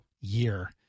year